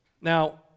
Now